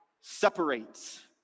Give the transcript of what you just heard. separates